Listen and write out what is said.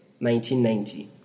1990